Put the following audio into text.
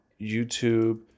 YouTube